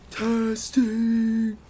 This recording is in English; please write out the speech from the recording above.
testing